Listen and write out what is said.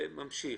וממשיך.